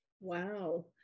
wow